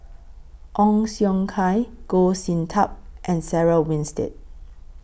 Ong Siong Kai Goh Sin Tub and Sarah Winstedt